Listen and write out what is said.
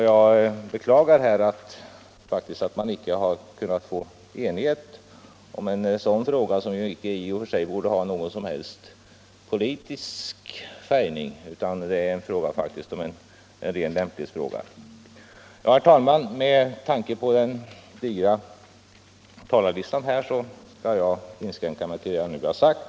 Jag beklagar att man inte kunnat få enighet om en sådan fråga, som inte i och för sig borde ha någon som helst politisk färgning utan faktiskt är en ren lämplighetsfråga. Herr talman! Med tanke på den digra talarlistan skall jag inskränka mig till det jag nu har sagt.